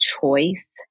choice